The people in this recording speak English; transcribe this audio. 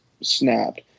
snapped